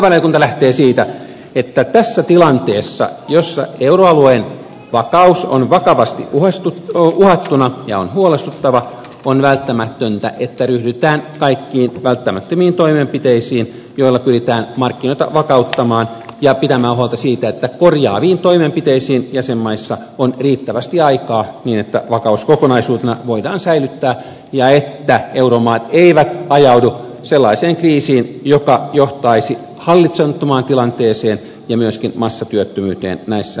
valtiovarainvaliokunta lähtee siitä että tässä tilanteessa jossa euroalueen vakaus on vakavasti uhattuna ja joka on huolestuttava on välttämätöntä että ryhdytään kaikkiin välttämättömiin toimenpiteisiin joilla pyritään markkinoita vakauttamaan ja pitämään huolta siitä että korjaaviin toimenpiteisiin jäsenmaissa on riittävästi aikaa niin että vakaus kokonaisuutena voidaan säilyttää ja että euromaat eivät ajaudu sellaiseen kriisiin joka johtaisi hallitsemattomaan tilanteeseen ja myöskin massatyöttömyyteen näissä maissa